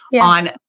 on